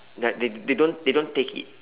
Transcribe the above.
like they they don't they don't take it